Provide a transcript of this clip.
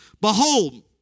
Behold